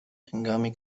هنگامی